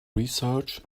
research